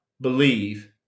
believe